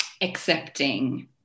accepting